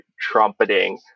trumpeting